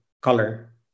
Color